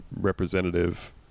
representative